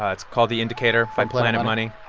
ah it's called the indicator. from planet money.